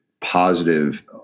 positive